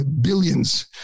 billions